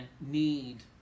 need